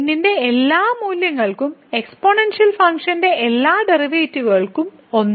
n ന്റെ എല്ലാ മൂല്യങ്ങൾക്കും എക്സ്പോണൻഷ്യൽ ഫംഗ്ഷന്റെ എല്ലാ ഡെറിവേറ്റീവുകളും 1